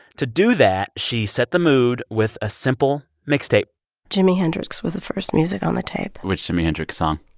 to do that, she set the mood with a simple mixtape jimi hendrix was the first music on the tape which jimi hendrix song?